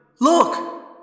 Look